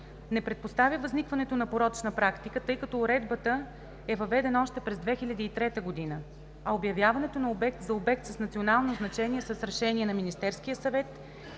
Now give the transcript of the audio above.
не предпоставя възникването на порочна практика, тъй като уредбата е въведена още през 2003 г., а обявяването за „обект с национално значение“ с решение на Министерския съвет